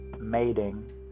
mating